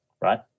right